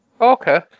Okay